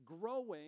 growing